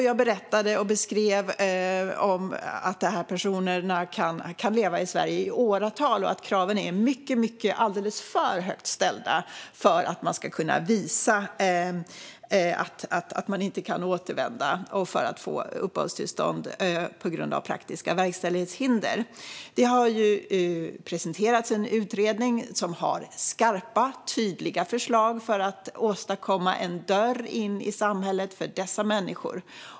Jag beskrev att dessa personer kan leva i Sverige i åratal och att kraven är alldeles för högt ställda när det gäller att kunna visa att man inte kan återvända och för att få uppehållstillstånd på grund av praktiska verkställighetshinder. Det har presenterats en utredning som har skarpa, tydliga förslag för att åstadkomma en dörr in i samhället för dessa människor.